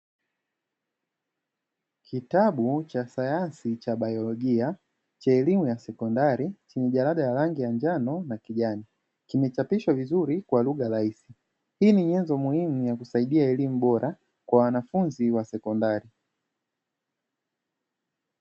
Kitabu cha sayansi cha biolojia cha elimu sekondari chenye rangi ya njano na kijani kimechapishwa vizuri kwa lugha rahisi hii ni nyenzo ya kusidia elimu bora kwa wanafunzi wa sekondari.